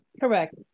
Correct